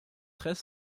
très